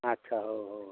ଆଚ୍ଛା ହଉ ହଉ ହଉ